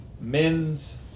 men's